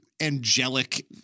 angelic